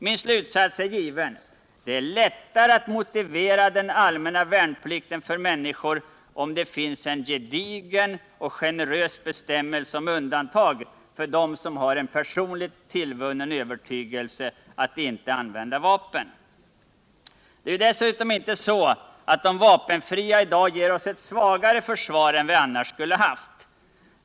Min slutsats är given — det är lättare att motivera den allmänna värnplikten för människor, om där finns en gedigen och generös bestämmelse om undantag för dem som har en personligt tillvunnen övertygelse att inte använda vapen. Det är ju dessutom inte så, att de vapenfria i dag ger oss ett svagare försvar än vi annars skulle ha haft.